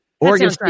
Oregon